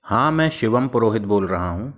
हाँ मैं शिवम पुरोहित बोल रहा हूँ